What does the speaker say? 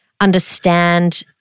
understand